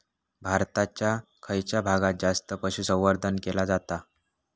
भारताच्या खयच्या भागात जास्त पशुसंवर्धन केला जाता?